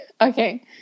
Okay